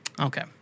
Okay